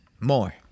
more